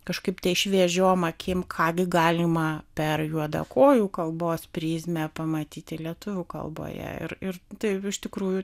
kažkaip šviežiom akim ką gi galima per juodakojų kalbos prizmę pamatyti lietuvių kalboje ir ir taip iš tikrųjų